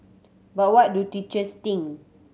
but what do teachers think